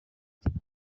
cyane